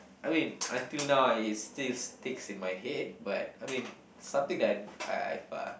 I mean until now it still sticks in my head but I mean something that I I have uh